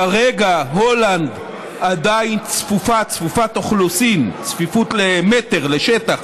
כרגע הולנד עדיין באוכלוסין, צפיפות למטר, לשטח,